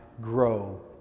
grow